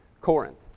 Corinth